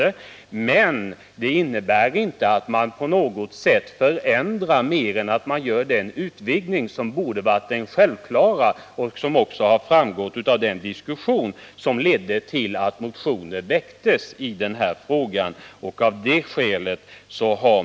Men det förhållandet innebär inte att man vill genomföra någon annan förändring än den utvidgning som från början borde vara självklar och som också har tagits upp i den diskussion kring propositionen som föranledde väckandet av motionerna i denna fråga.